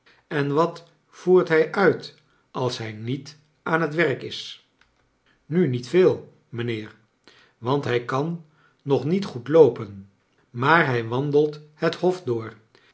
en wat voert hij uit als hij niet aan het werk is nu niet veel mijnheer want hi kan nog niet goed loopen maar hij wandelt het hof door